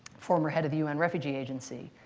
former head of the un refugee agency.